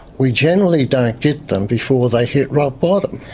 we generally don't get them before they hit rock bottom.